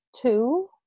two